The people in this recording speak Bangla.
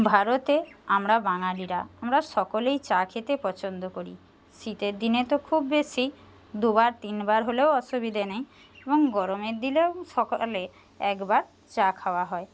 ভারতে আমরা বাঙালিরা আমরা সকলেই চা খেতে পছন্দ করি শীতের দিনে তো খুব বেশি দুবার তিন বার হলেও অসুবিধে নেই এবং গরমের দিনেও সকালে একবার চা খাওয়া হয়